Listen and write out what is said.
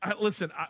Listen